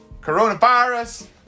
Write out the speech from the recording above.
Coronavirus